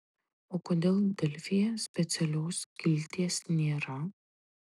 o kodėl delfyje specialios skilties nėra